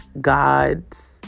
God's